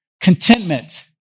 Contentment